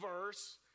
verse